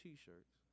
T-shirts